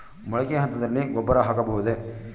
ಮೊಳಕೆ ಹಂತದಲ್ಲಿ ಗೊಬ್ಬರ ಹಾಕಬಹುದೇ?